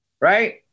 right